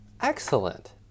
Excellent